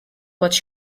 what